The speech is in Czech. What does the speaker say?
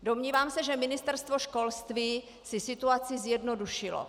Domnívám se, že Ministerstvo školství si situaci zjednodušilo.